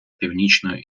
північної